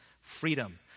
freedom